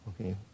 Okay